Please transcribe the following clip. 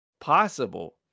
possible